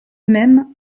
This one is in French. même